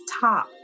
top